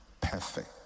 perfect